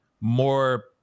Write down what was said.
more